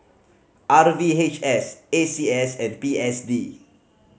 R V H S A C S and P S D